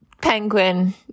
Penguin